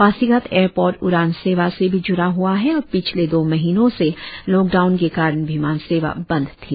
Pasighat airport उड़ान सेवा से भी जुड़ा ह्आ है और पिछले दो महीनों से लॉकडाउन के कारण विमान सेवा बंद थी